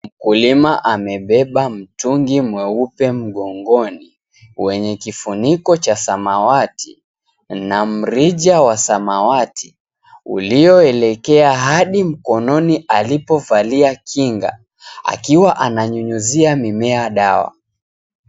Mkulima amebeba mtungi mweupe mgong𝑜𝑛i wenye kifuniko cha samawati na mrija wa samawati uliyoelekea hadi mkononi alipovalia kinga akiwa ananyunyizia mimea dawa.